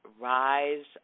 rise